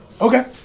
Okay